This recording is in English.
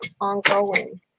ongoing